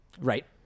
Right